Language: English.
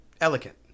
Elegant